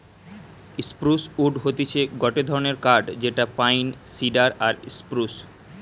spruce wood হতিছে গটে ধরণের কাঠ যেটা পাইন, সিডার আর স্প্রুস